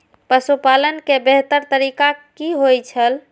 पशुपालन के बेहतर तरीका की होय छल?